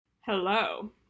Hello